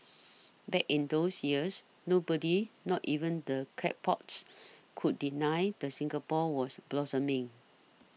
back in those years nobody not even the crackpots could deny that Singapore was blossoming